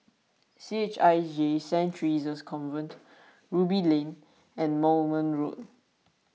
C H I J Saint theresa's Convent Ruby Lane and Moulmein Road